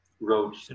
wrote